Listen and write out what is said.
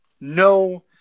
no